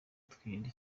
tukirinda